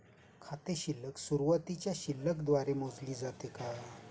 खाते शिल्लक सुरुवातीच्या शिल्लक द्वारे मोजले जाते का?